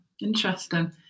interesting